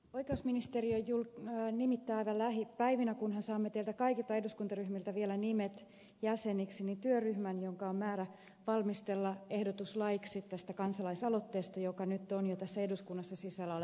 oikeusministeriö nimittää aivan lähipäivinä kunhan saamme teiltä kaikilta eduskuntaryhmiltä vielä nimet jäseniksi työryhmän jonka on määrä valmistella ehdotus laiksi kansalaisaloitteesta joka nyt on jo tässä eduskunnassa sisällä olevassa perustuslakiesityksessä